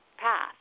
path